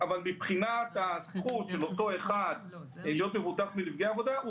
מבחינת הזכות של אותו אדם להיות מבוטח בנפגעי עבודה,